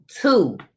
two